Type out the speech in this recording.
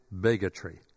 bigotry